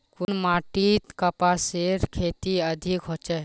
कुन माटित कपासेर खेती अधिक होचे?